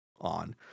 on